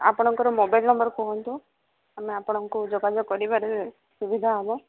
ଆପଣଙ୍କର mobile number କୁହନ୍ତୁ ଆମେ ଆପଣଙ୍କୁ ଯୋଗାଯୋଗ କରିବାରେ ସୁବିଧା ହେବ